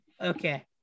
Okay